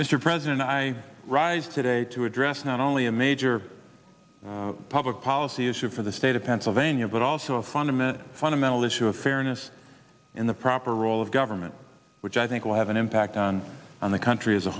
mr president i rise today to address not only a major public policy issue for the state of pennsylvania but also a fundamental fundamental issue of fairness in the proper role of government which i think will have an impact on the country as a